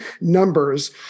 numbers